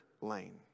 lane